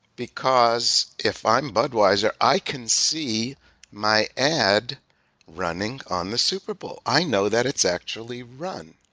because if i'm budweiser, i can see my ad running on the super bowl. i know that it's actually run.